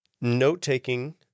note-taking